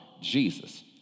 Jesus